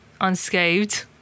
unscathed